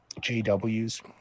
Jw's